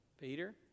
Peter